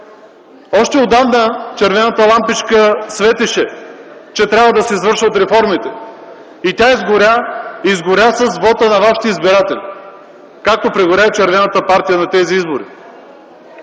Още отдавна червената лампичка светеше, че трябва да се извършват реформите и тя изгоря. Изгоря с вота на вашите избиратели, както прегоря и червената партия на тези избори.